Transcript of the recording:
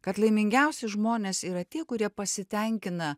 kad laimingiausi žmonės yra tie kurie pasitenkina